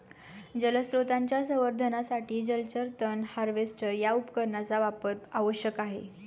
जलस्रोतांच्या संवर्धनासाठी जलचर तण हार्वेस्टर या उपकरणाचा वापर आवश्यक आहे